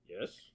Yes